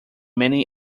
many